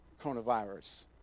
coronavirus